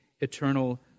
eternal